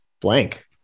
blank